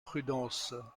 prudence